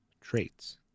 traits